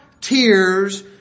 tears